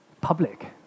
public